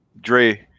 Dre